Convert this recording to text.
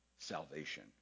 salvation